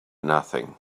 nothing